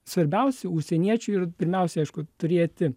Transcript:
svarbiausi užsieniečiui ir pirmiausia aišku turėti